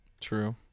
True